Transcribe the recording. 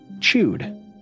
chewed